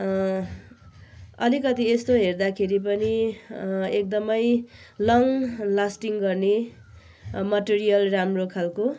अँ अलिकति यस्तो हेर्दा खेरि पनि अँ एकदमै लङ लास्टिङ गर्ने मटेरियल राम्रो खालको